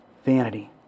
vanity